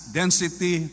density